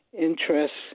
interests